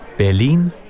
Berlin